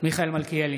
מיכאל מלכיאלי,